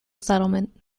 settlement